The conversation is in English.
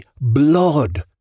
blood